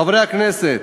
חברי הכנסת,